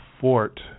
fort